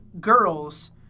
girls